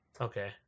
Okay